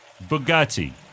Bugatti